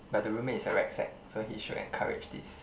but the roommate is a rec sec so he should encourage this